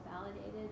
validated